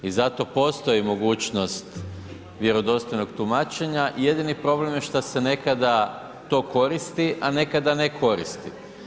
I zato postoji mogućnost vjerodostojnog tumačenja, jedini problem što se nekada to koristi, a nekada ne koristi.